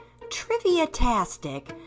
triviatastic